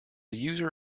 user